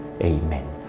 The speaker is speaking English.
Amen